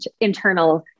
internal